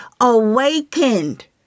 awakened